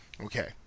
Okay